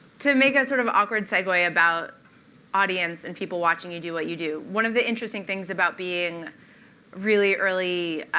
to make a sort of awkward segue about audience and people watching you do what you do, one of the interesting things about being really early